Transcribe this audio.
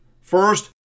First